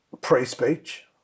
pre-speech